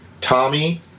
Tommy